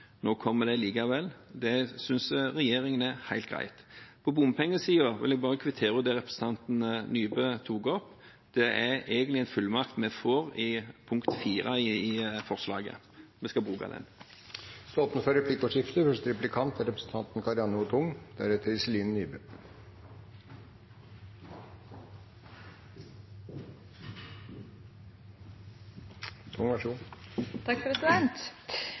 Nå kommer det likevel, og det synes regjeringen er helt greit. På bompengesiden vil jeg bare kvittere ut det representanten Nybø tok opp. Det er egentlig en fullmakt vi får i punkt 4 i forslaget til vedtak II. Vi skal bruke den. Det blir replikkordskifte.